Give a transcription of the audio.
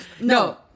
No